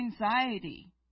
anxiety